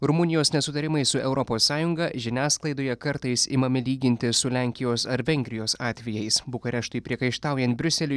rumunijos nesutarimai su europos sąjunga žiniasklaidoje kartais imami lyginti su lenkijos ar vengrijos atvejais bukareštui priekaištaujant briuseliui